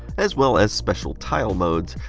as well as special tile modes.